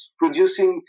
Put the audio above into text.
producing